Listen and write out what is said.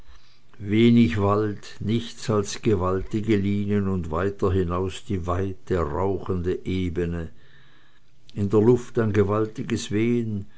wenig wald nichts als gewaltige linien und weiter hinaus die weite rauchende ebne in der luft ein gewaltiges wehen